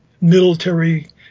military